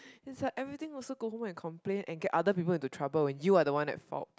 it's like everything also go home and complain and get other people into trouble but you are the one at fault